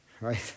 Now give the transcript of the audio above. right